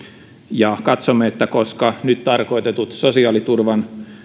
ja katsomme että koska nyt tarkoitetut sosiaaliturvan